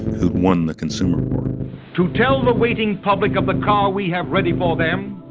who'd won the consumer war to tell the waiting public of the car we have ready for them,